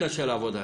קשה לעבוד עלי.